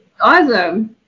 Awesome